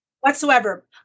whatsoever